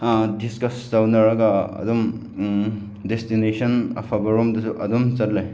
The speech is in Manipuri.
ꯗꯤꯁꯀꯁ ꯇꯧꯅꯔꯒ ꯑꯗꯨꯝ ꯗꯦꯁꯇꯤꯅꯦꯁꯟ ꯑꯐꯕꯔꯣꯝꯗꯁꯨ ꯑꯗꯨꯝ ꯆꯠꯂꯦ